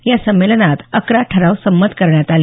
या संमेलनात अकरा ठराव संमत करण्यात आले